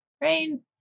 Rain